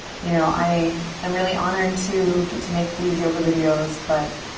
you know, i am really honored to get to make these yoga videos, but,